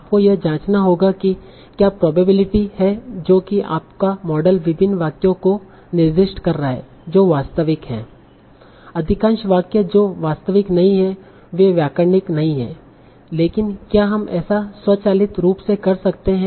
आपको यह जांचना होगा कि क्या प्रोबेबिलिटी है जो कि आपका मॉडल विभिन्न वाक्यों को निर्दिष्ट कर रहा है जो वास्तविक हैं अधिकांश वाक्य जो वास्तविक नहीं हैं वे व्याकरणिक नहीं हैं लेकिन क्या हम ऐसा स्वचालित रूप से कर सकते हैं